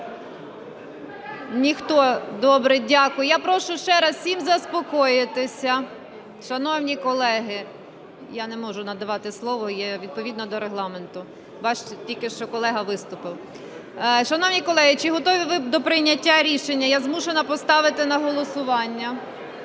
Ніхто, добре, дякую. Я прошу ще раз усім заспокоїтися, шановні колеги. Я не можу надавати слово відповідно до Регламенту, ваш тільки що колега виступив. Шановні колеги, чи готові ви до прийняття рішення? Я змушена поставити на голосування.